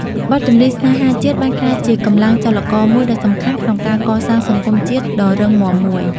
បទចម្រៀងស្នេហាជាតិបានក្លាយជាកម្លាំងចលករមួយដ៏សំខាន់ក្នុងការកសាងសង្គមជាតិដ៏រឹងមាំមួយ។